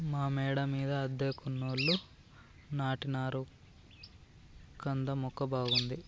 మా మేడ మీద అద్దెకున్నోళ్లు నాటినారు కంద మొక్క బాగుంది